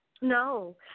No